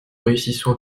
réussissons